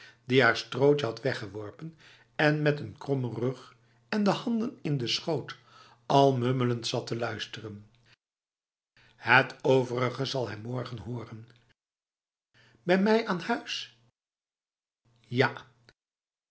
die haar strootje had weggeworpen en met een kromme rug en de handen in de schoot al mummelend zat te luisteren het overige zal hij morgen horen bij mij aan huis ja